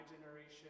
generation